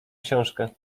książkę